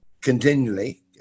continually